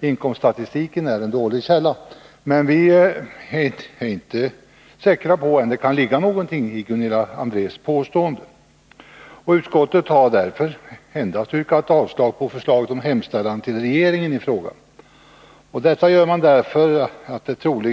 Inkomststatistiken är alltså en dålig källa. Men trots detta kan det ligga någonting i Gunilla Andrés påstående. Utskottet har därför endast yrkat avslag på förslaget om en framställning tillregeringen i enlighet med vad som anförs i motionen.